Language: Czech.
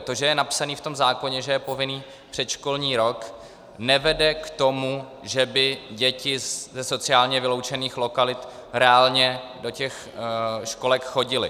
To, že je napsané v zákoně, že je povinný předškolní rok, nevede k tomu, že by děti ze sociálně vyloučených lokalit reálně do těch školek chodily.